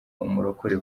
umurokore